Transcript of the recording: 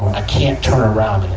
i can't turn around.